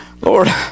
Lord